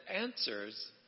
answers